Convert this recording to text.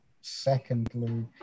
secondly